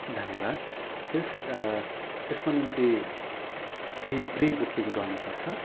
धन्यवाद त्यस त्यसको निम्ति केही प्री बुकिङ गर्नुपर्छ